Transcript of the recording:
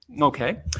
Okay